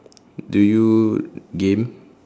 do you game